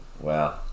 Wow